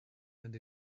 and